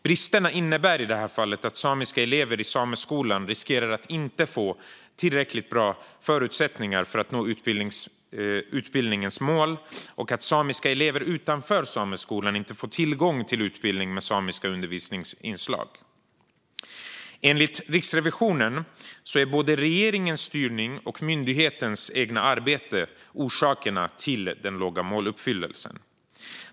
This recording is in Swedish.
Bristerna innebär i det här fallet att samiska elever i sameskolan riskerar att inte få tillräckligt bra förutsättningar för att nå utbildningens mål och att samiska elever utanför sameskolan inte får tillgång till utbildning med samiska undervisningsinslag. Enligt Riksrevisionen är både regeringens styrning och myndighetens eget arbete orsaker till den låga måluppfyllelsen.